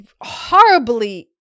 horribly